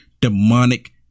demonic